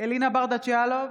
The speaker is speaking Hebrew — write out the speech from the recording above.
אלינה ברדץ' יאלוב,